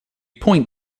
point